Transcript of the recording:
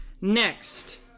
Next